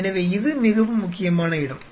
எனவே இது மிகவும் முக்கியமான இடம்